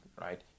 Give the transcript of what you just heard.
right